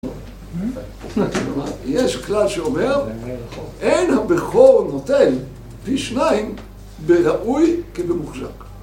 יש כלל שאומר, אין הבכור נוטל פי שניים בראוי כבמוחזק